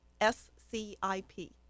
S-C-I-P